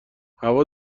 هوا